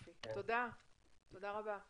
תודה רבה.